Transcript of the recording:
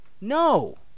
No